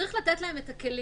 צריך לתת להם את הכלים.